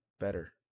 Better